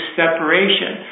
separation